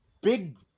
big